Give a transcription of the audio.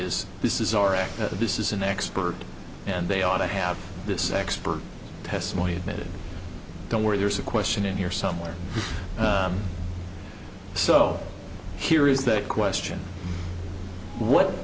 is this is our act this is an expert and they ought to have this expert testimony admitted don't worry there's a question in here somewhere so here is that question what